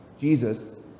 Jesus